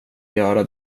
göra